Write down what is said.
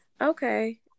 okay